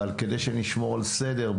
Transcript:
אבל כדי שנשמור על סדר,